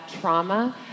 trauma